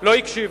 לא הקשיבו.